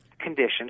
conditions